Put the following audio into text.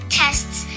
tests